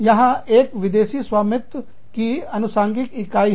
यह एक विदेशी स्वामित्व की अनुषांगिक इकाई है